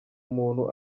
umuntu